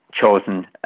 chosen